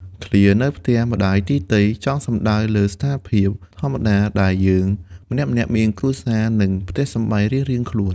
ឃ្លា «នៅផ្ទះម្ដាយទីទៃ» ចង់សម្តៅលើស្ថានភាពធម្មតាដែលយើងម្នាក់ៗមានគ្រួសារ និងផ្ទះសម្បែងរៀងៗខ្លួន។